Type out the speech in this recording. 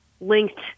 linked